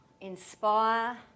inspire